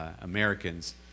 Americans